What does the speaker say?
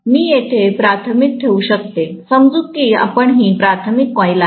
मी येथे प्राथमिक ठेवू शकते समजू की ही प्राथमिक कॉईल आहे